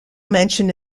mentioned